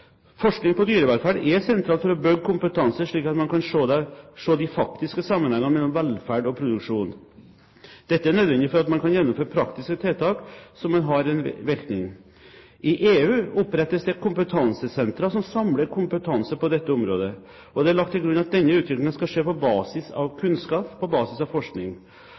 Forskning på dyrevelferd er sentralt for å bygge kompetanse slik at man kan se de faktiske sammenhengene mellom velferd og produksjon. Dette er nødvendig for at man kan gjennomføre praktiske tiltak som har en virkning. I EU opprettes det kompetansesentre som samler kompetanse på dette området. Og det er lagt til grunn at denne utviklingen skal skje på basis av kunnskap, på basis av forskning.